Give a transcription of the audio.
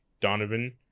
donovan